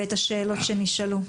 ואת השאלות שנשאלו.